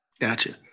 Gotcha